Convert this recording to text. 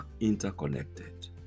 interconnected